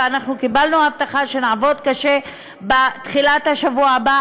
ואנחנו קיבלנו הבטחה שנעבוד קשה בתחילת השבוע הבא,